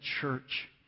church